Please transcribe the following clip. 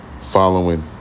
following